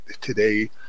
Today